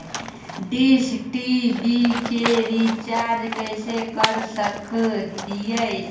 Dish TV के रिचार्ज कैसे कर सक हिय?